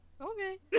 Okay